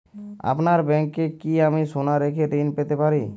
আপনার ব্যাংকে কি আমি সোনা রেখে ঋণ পেতে পারি?